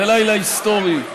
זה לילה היסטורי,